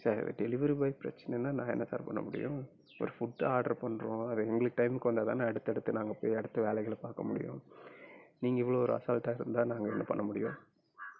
sir delivery boy பிரச்சனனா நான் என்ன சார் பண்ண முடியும் சார் ஃபுட்டு ஆடரு பண்ணுறோம் எங்களுக்கு டைமுக்கு வந்தால் தானே அடுத்தடுத்து நாங்கள் போய் அடுத்த வேலைகளை பார்க்க முடியும் நீங்கள் இவ்வளோ ஒரு அசால்ட்டாக இருந்தால் நாங்க என்ன பண்ண முடியும்